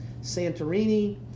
Santorini